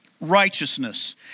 righteousness